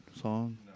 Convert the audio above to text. song